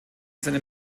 seinen